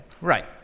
Right